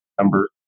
number